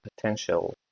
potential